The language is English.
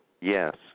yes